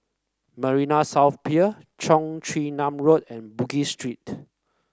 Marina South Pier Cheong Chin Nam Road and Bugis Street